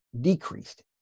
decreased